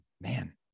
Man